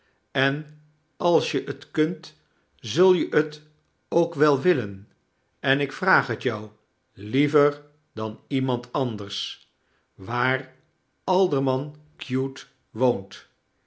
en als je het kunt zul je t ook wel willen en ik vraag het jou liever dan iemand anders waar alderman cute woont